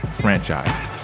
franchise